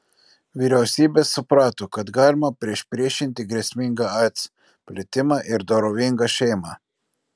vyriausybės suprato kad galima priešpriešinti grėsmingą aids plitimą ir dorovingą šeimą